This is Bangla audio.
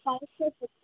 সমস্যায় প